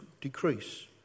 decrease